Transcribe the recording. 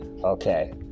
Okay